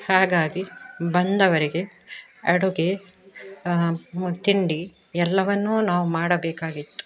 ಹಾಗಾಗಿ ಬಂದವರಿಗೆ ಅಡುಗೆ ಮ ತಿಂಡಿ ಎಲ್ಲವನ್ನೂ ನಾವು ಮಾಡಬೇಕಾಗಿತ್ತು